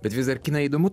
bet vis dar kiną įdomu